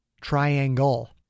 Triangle